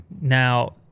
Now